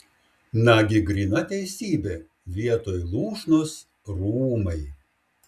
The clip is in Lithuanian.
nagi gryna teisybė vietoj lūšnos rūmai